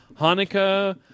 Hanukkah